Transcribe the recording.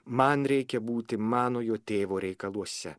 man reikia būti manojo tėvo reikaluose